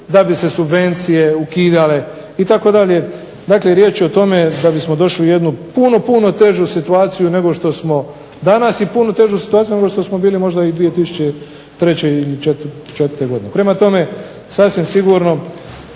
da bi se subvencije ukidale itd. Dakle riječ je o tome da bismo došli u jednu puno, puno težu situaciju nego što smo danas i puno težu situaciju nego što smo bili možda i 2003. ili 2004. godine. Prema tome sasvim sigurno